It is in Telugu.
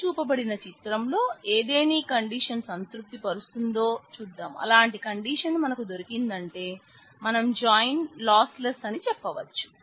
పైన చూపించిన చిత్రంలో ఏదేని కండీషన్ సంతృప్తి పరుస్తుందేమో చూద్దాం అలాంటి కండీషన్ మనకు దొరికిందంటే మనం జాయిన్ లాస్లెస్ అని చెప్పవచ్చు